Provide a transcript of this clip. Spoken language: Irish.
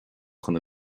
chun